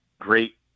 great